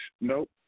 Nope